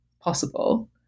possible